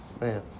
Man